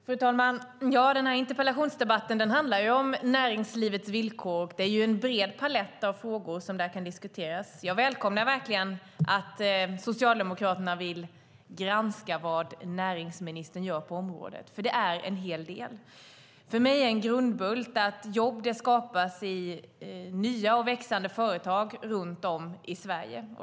Fru talman! Den här interpellationsdebatten handlar om näringslivets villkor. Det är en bred palett av frågor som kan diskuteras. Jag välkomnar verkligen att Socialdemokraterna vill granska vad näringsministern gör på området. Det är en hel del. För mig är en grundbult att jobb skapas i nya och växande företag runt om i Sverige.